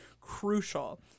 crucial